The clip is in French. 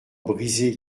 brisée